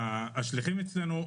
שליחים,